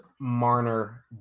Marner